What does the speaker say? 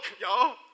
y'all